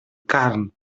carn